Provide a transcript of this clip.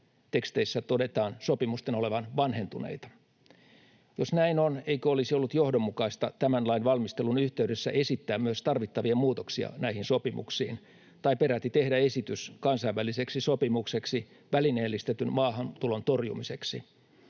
teksteissä todetaan sopimusten olevan vanhentuneita. Jos näin on, eikö olisi ollut johdonmukaista tämän lain valmistelun yhteydessä esittää myös tarvittavia muutoksia näihin sopimuksiin tai peräti tehdä esitys kansainväliseksi sopimukseksi välineellistetyn maahantulon torjumiseksi?